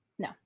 No